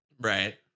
Right